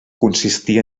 consistia